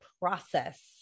process